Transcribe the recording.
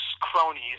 cronies